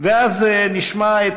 ואז נשמע את